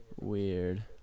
weird